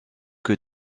que